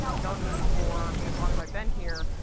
known me for as long as i've been here,